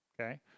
okay